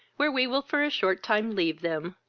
where we will for a short time leave them,